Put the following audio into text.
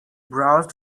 browsed